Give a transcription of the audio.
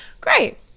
great